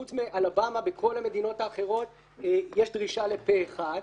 חוץ מאלבמה, בכל המדינות האחרות יש דרישה לפה אחד.